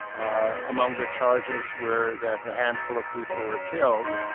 among the charges were that a handful of people were killed,